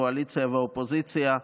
קואליציה ואופוזיציה,